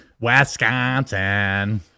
Wisconsin